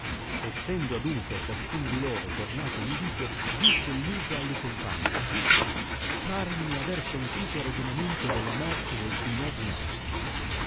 essendo adunque a ciascun di loro tornato l'udito disse il lupo alli compagni parmi aver sentito ragionamento della morte del signor nostro